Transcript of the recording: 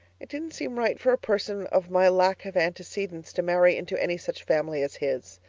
it didn't seem right for a person of my lack of antecedents to marry into any such family as his.